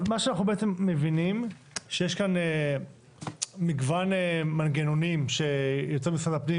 מה שאנחנו מבינים שיש כאן מגוון מנגנונים שיוצר משרד הפנים,